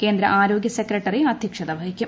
കേന്ദ്ര ആരോഗൃ സെക്രട്ടറി അധ്യക്ഷത വഹിക്കും